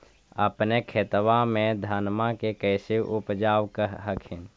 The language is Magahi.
अपने खेतबा मे धन्मा के कैसे उपजाब हखिन?